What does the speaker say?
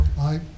Aye